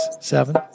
seven